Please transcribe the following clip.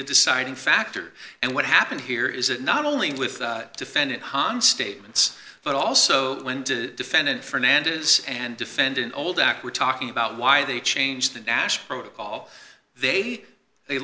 the deciding factor and what happened here is that not only with the defendant hans statements but also went to defendant fernandez and defendant old act we're talking about why they changed the dash protocol they